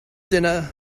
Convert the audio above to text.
dinner